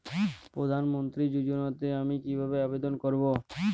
প্রধান মন্ত্রী যোজনাতে আমি কিভাবে আবেদন করবো?